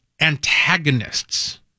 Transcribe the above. antagonists